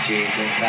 Jesus